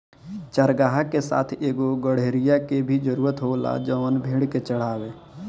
चारागाह के साथ एगो गड़ेड़िया के भी जरूरत होला जवन भेड़ के चढ़ावे